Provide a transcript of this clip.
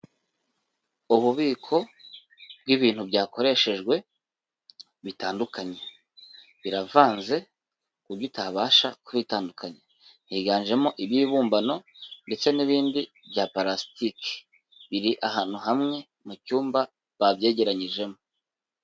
Ububiko bw'ibintu byakoreshejwe bitandukanye biravanze ku buryo itabasha kwibitandukanya, higanjemo ibibumbano ndetse n'ibindi bya palasitiki biri ahantu hamwe mucyumba babyegeranyijemo.